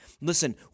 Listen